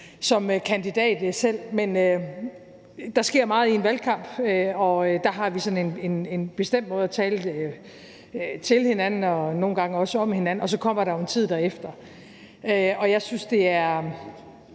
og kandidat selv. Men der sker meget i en valgkamp, og der har vi sådan en bestemt måde at tale til hinanden og nogle gange også om hinanden på, og så kommer der jo en tid derefter. Og jeg synes sådan